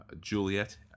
Juliet